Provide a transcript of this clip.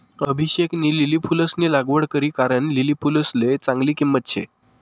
अभिषेकनी लिली फुलंसनी लागवड करी कारण लिली फुलसले चांगली किंमत शे